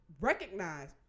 recognize